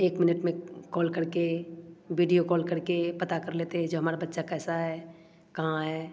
एक मिनट में कॉल करके बीडियो कॉल करके पता कर लेते हैं जो हमारा बच्चा कैसा है कहाँ है